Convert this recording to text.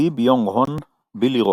לי ביונג-הון - בילי רוקס.